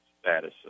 status